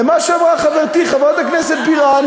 לְמה שאמרה חברתי חברת הכנסת בירן